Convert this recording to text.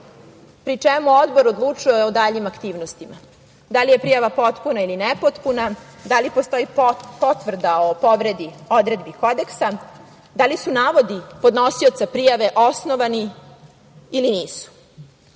pri čemu Odbor odlučuje o daljim aktivnostima, da li je prijava potpuna ili nepotpuna, da li postoji potvrda o povredi odredbi kodeksa, da li su navodi podnosioca prijave osnovani ili